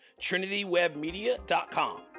trinitywebmedia.com